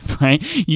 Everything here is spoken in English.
right